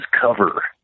cover